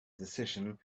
decision